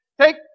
Take